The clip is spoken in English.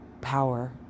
power